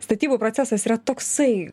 statybų procesas yra toksai